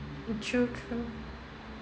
true true